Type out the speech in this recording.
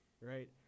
Right